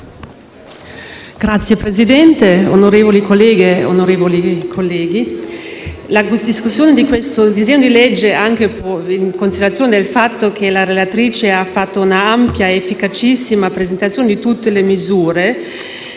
Signor Presidente, onorevoli colleghe e colleghi, la discussione di questo disegno di legge, anche in considerazione del fatto che la relatrice ha fatto un'ampia ed efficacissima presentazione di tutte le misure,